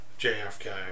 JFK